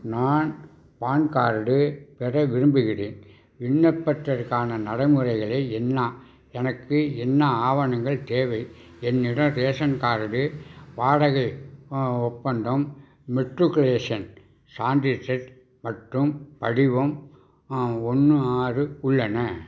நான் PAN card பெற விரும்புகின்றேன் விண்ணப்பதிற்கான நடைமுறைகளே என்ன எனக்கு என்ன ஆவணங்கள் தேவை என்னிடம் ரேஷன் கார்டடு வாடகை ஒப்பந்தம் மெட்ரிகுலேஷன் சான்றிச்செட் மற்றும் படிவம் ஒன்று ஆறு உள்ளன